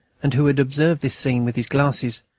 and who had observed this scene with his glasses,